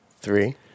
three